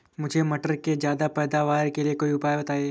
मुझे मटर के ज्यादा पैदावार के लिए कोई उपाय बताए?